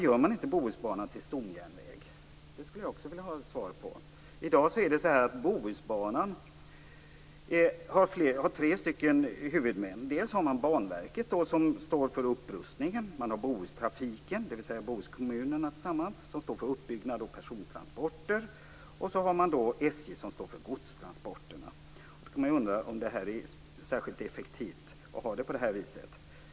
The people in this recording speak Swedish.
Det skulle jag också vilja ha svar på. I dag har Bohusbanan tre huvudmän: Banverket står för upprustningen, Bohustrafiken, dvs. Bohuskommunerna tillsammans, står för uppbyggnad och persontransporter och SJ står för godstransporterna. Man kan undra om det är särskilt effektivt att ha det på det här viset.